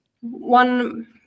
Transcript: One